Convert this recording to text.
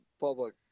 public